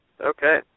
Okay